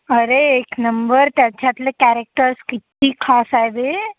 अरे एक नंबर त्यातले कॅरेक्टर किती खास आहे रे